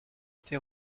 été